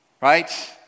right